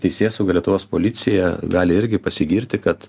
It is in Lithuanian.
teisėsauga lietuvos policija gali irgi pasigirti kad